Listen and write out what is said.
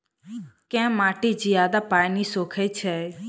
केँ माटि जियादा पानि सोखय छै?